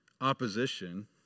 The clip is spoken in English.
opposition